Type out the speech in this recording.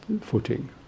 footing